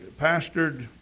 pastored